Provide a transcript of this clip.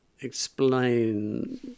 explain